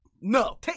No